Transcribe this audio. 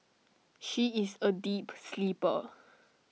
she is A deep sleeper